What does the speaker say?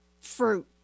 fruit